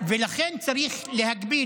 ולכן צריך להגביל.